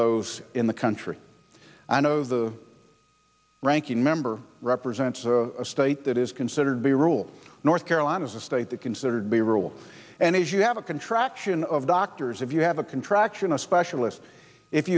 those in the country i know the ranking member represents a state that is considered the rule north carolina state that considered the rule and as you have a contraction of doctors if you have a contraction a specialist if